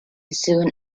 soon